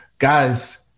Guys